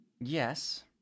Yes